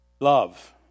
Love